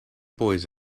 boys